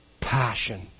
passion